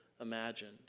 imagined